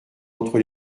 entre